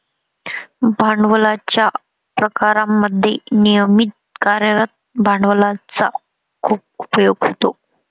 भांडवलाच्या प्रकारांमध्ये नियमित कार्यरत भांडवलाचा खूप उपयोग होतो